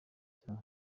cya